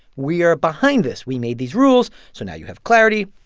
we are behind this. we made these rules, so now you have clarity.